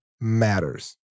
matters